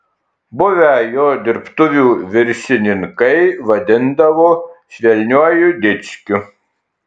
buvę jo dirbtuvių viršininkai vadindavo švelniuoju dičkiu